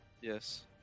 Yes